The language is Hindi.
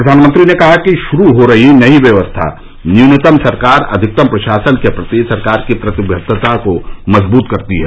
प्रधानमंत्री ने कहा कि शुरू हो रही नई व्यवस्था न्यूनतम सरकार अधिकतम प्रशासन के प्रति सरकार की प्रतिबद्वताको मजबूत करती हैं